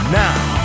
now